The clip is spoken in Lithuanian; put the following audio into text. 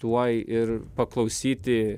tuoj ir paklausyti